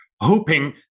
hoping